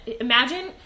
imagine